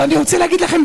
אבל אני רוצה להגיד לכם,